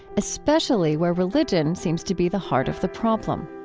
especially where religion seems to be the heart of the problem